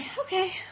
Okay